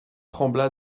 trembla